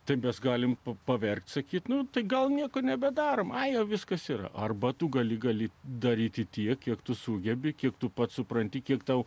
taip mes galime paverkti sakyti nu tai gal nieko nebedarome ai viskas yra arba tu gali gali daryti tiek kiek tu sugebi kiek tu pats supranti kiek tau